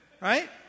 right